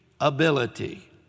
ability